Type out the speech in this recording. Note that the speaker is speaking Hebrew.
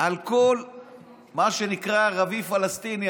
על כל מה שנקרא ערבי פלסטיני.